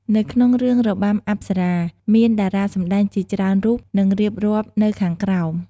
នៅក្នុងរឿងរបាំអប្សរា មានតារាសម្តែងជាច្រើនរូប នឹងរៀបរាប់នៅខាងក្រោម។